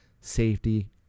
safety